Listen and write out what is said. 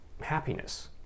happiness